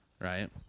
Right